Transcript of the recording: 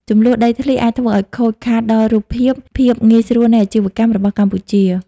ជម្លោះដីធ្លីអាចធ្វើឱ្យខូចខាតដល់រូបភាព "ភាពងាយស្រួលនៃអាជីវកម្ម" របស់កម្ពុជា។